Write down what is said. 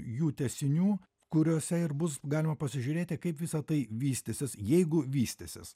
jų tęsinių kuriuose ir bus galima pasižiūrėti kaip visa tai vystysis jeigu vystysis